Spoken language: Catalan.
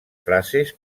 frases